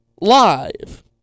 Live